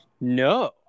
No